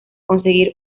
conseguir